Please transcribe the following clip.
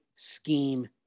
scheme